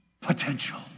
potential